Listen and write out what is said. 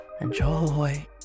Enjoy